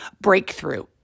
breakthrough